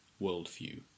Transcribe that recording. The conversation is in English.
worldview